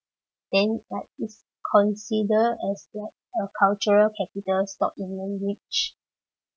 then like it's considered as like a cultural capital stock in language